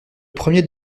premiers